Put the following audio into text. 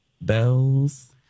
bells